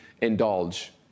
indulge